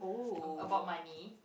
a~ about money